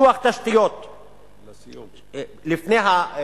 5. פיתוח תשתיות לפני הבנייה,